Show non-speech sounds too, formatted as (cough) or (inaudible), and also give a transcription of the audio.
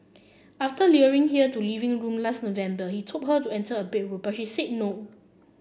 after (unintelligible) here to living room last November he told her to enter a bedroom but she said no